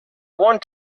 want